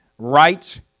right